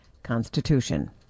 Constitution